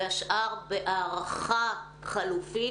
והשאר בהערכה חלופית